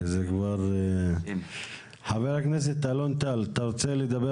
האם יש לכם